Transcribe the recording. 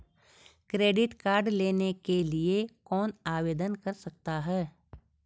Credit card लेने के लिए कौन आवेदन कर सकता है?